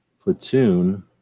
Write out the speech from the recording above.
Platoon